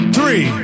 Three